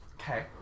Okay